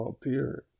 period